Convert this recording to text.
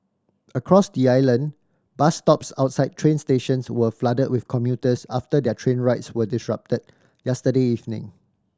across the island bus stops outside train stations were flooded with commuters after their train rides were disrupted yesterday evening